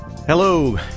Hello